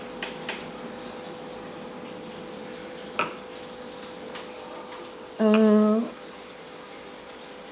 err